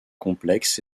complexe